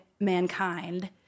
mankind